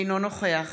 אינו נוכח